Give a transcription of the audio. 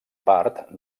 part